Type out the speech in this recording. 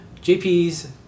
JP's